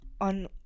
on